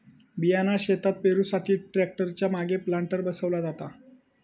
बियाणा शेतात पेरुसाठी ट्रॅक्टर च्या मागे प्लांटर बसवला जाता